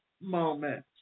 moment